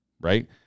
right